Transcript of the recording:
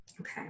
Okay